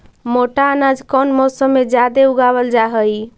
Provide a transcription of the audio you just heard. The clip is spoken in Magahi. मोटा अनाज कौन मौसम में जादे उगावल जा हई?